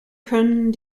können